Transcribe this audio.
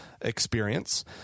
experience